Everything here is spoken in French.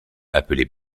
appelées